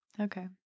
Okay